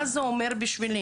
מה זה אומר לי?